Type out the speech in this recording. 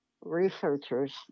researchers